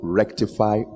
rectify